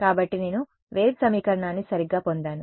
కాబట్టి నేను వేవ్ సమీకరణాన్ని సరిగ్గా పొందాను